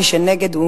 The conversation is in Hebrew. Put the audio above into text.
מי שנגד,